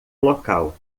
local